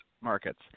markets